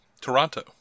Toronto